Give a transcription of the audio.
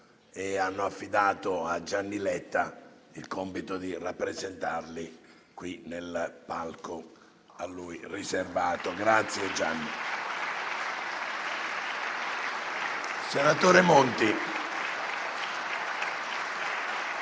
e hanno affidato a Gianni Letta il compito di rappresentarli qui, nel palco a lui riservato. Grazie, Gianni.